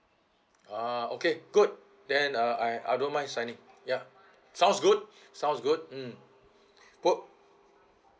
ah okay good then uh I I don't mind signing ya sounds good sounds good mm good